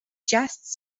just